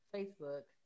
Facebook